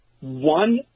one